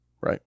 right